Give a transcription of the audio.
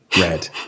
red